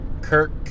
Kirk